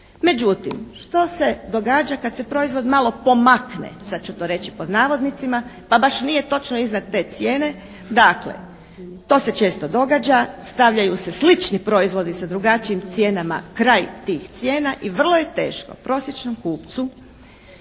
Međutim, što se događa kad se proizvod "malo pomakne", sad ću to reći pod navodnicima pa baš nije točno iznad te cijene. Dakle to se često događa. Stavljaju se slični proizvodi sa drugačijim cijenama kraj tih cijena i vrlo je teško prosječnom kupcu